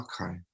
okay